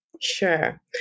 Sure